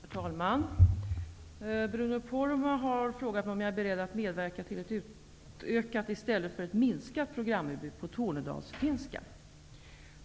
Herr talman! Bruno Poromaa har frågat mig om jag är beredd att medverka till ett utökat i stället för ett minskat programutbud på tornedalsfinska.